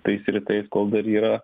tais rytais kol dar yra